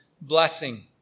blessing